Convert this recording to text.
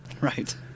Right